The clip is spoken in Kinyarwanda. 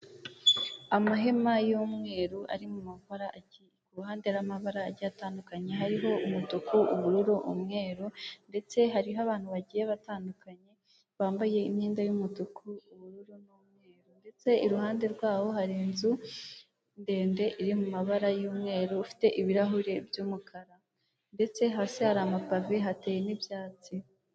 Amahema y'umweru ari mu mabara iruhande rw'amabara agiye atandukanye hariho umutuku ubururu, umweru ndetse hariho abantu bagiye batandukanye bambaye imyenda y'umutuku ubururu, n'umweru, ndetse iruhande rwabo hari inzu ndende iri mu mabara y'umweru ufite ibirahuri by'umukara ndetse hasi hari amapave hateye n'ibyatsi.